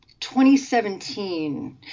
2017